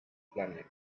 planet